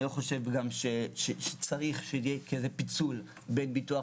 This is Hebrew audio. ואני גם לא חושב שצריך שיהיה פיצול בין ביטוח